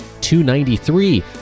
293